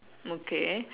okay